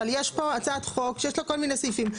אבל יש פה הצעת חוק שיש לה כל מיני סעיפים.